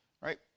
right